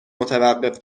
متوقف